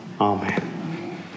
Amen